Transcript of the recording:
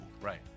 Right